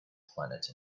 planet